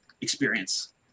experience